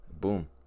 Boom